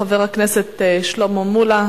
אשר יציג חבר הכנסת שלמה מולה.